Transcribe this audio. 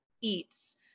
eats